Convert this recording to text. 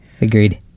Agreed